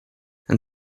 and